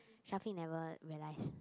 Shafiq never realise